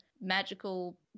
magical